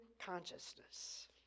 consciousness